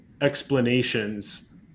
explanations